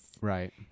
Right